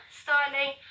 styling